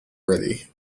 ready